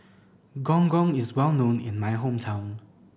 Gong Gong is well known in my hometown